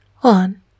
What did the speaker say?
One